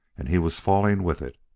and he was falling with it.